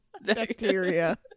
Bacteria